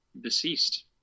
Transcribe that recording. deceased